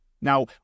Now